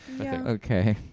Okay